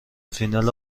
فینال